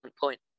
point